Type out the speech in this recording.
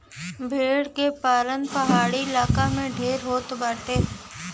भेड़ के पालन पहाड़ी इलाका में ढेर होत बाटे